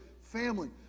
family